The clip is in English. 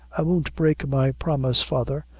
i won't break my promise, father,